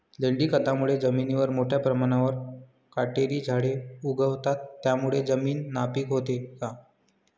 लेंडी खतामुळे जमिनीवर मोठ्या प्रमाणावर काटेरी झाडे उगवतात, त्यामुळे जमीन नापीक होते का?